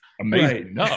amazing